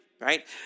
right